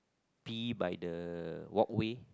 pee by the walkway